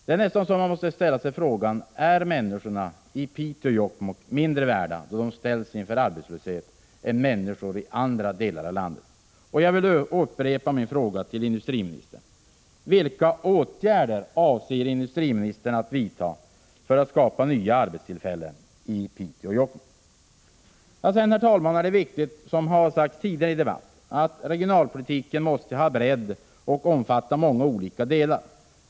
Det är nästan så att man måste ställa frågan: Är människorna i Piteå och Jokkmokk mindre värda när de ställs inför arbetslöshet än människor i andra delar av landet? Det är viktigt, herr talman, som har sagts tidigare i debatten, att regionalpolitiken måste ha bredd och omfatta många olika delar.